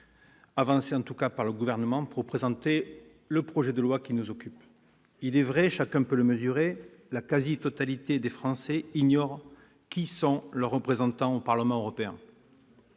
avancée, du moins par le Gouvernement, pour présenter le projet de loi que nous examinons. Il est vrai-chacun peut le mesurer-que la quasi-totalité des Français ignore qui sont leurs représentants au Parlement européen.